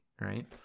right